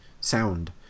sound